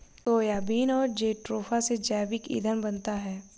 soybean और jatropha से जैविक ईंधन बनता है